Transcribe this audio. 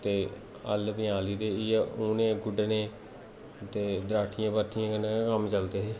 ते हल्ल पंजाली ते इ'यै उ'नें गुड्ढने ते दराटियां परथियें कन्नै गै कम्म चलदे हे